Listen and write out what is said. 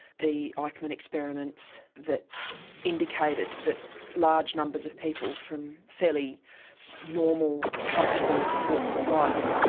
the eichmann experiments that indicated that large numbers of people from fairly normal, comfortable walks of life,